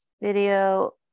video